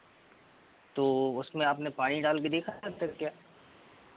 तो उसमें आपने पानी डाल के देखा था सर क्या